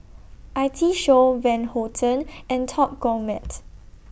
I T Show Van Houten and Top Gourmet